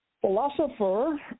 philosopher